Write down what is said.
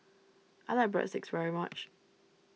I like Breadsticks very much